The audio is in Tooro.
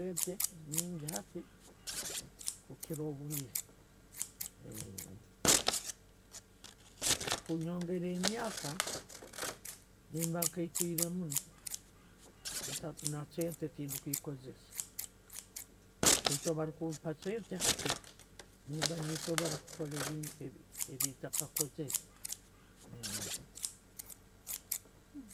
﻿Sente nyingi hati kukiira obwire, Kunyoongera e'myaka nimba nkakwiire munno na sente tindikuzikozesa baitu barikumpa sente hati, nimba nensobora kukola ebintakakozere